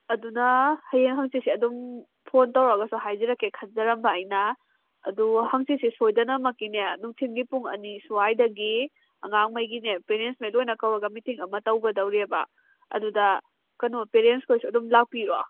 ꯑꯗꯨꯅ ꯍꯌꯦꯡ ꯍꯪꯆꯤꯠꯁꯦ ꯑꯗꯨꯝ ꯐꯣꯟ ꯇꯧꯔꯒꯁꯨ ꯍꯥꯏꯖꯔꯛꯀꯦ ꯈꯟꯖꯔꯝꯕ ꯑꯩꯅ ꯑꯗꯨꯒ ꯍꯪꯆꯤꯠꯁꯦ ꯁꯣꯏꯗꯅꯃꯛꯀꯤꯅꯦ ꯅꯨꯡꯊꯤꯟꯒꯤ ꯄꯨꯡ ꯑꯅꯤ ꯁ꯭ꯋꯥꯏꯗꯒꯤ ꯑꯉꯥꯡꯉꯩꯒꯤꯅꯦ ꯄꯦꯔꯦꯟꯁꯉꯩ ꯂꯣꯏꯅ ꯀꯧꯔꯒ ꯃꯤꯇꯤꯡ ꯑꯃ ꯇꯧꯒꯗꯧꯔꯤꯕ ꯑꯗꯨꯗ ꯀꯩꯅꯣ ꯄꯦꯔꯦꯟꯁꯈꯩꯁꯨ ꯑꯗꯨꯝ ꯂꯥꯛꯄꯤꯔꯣ